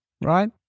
right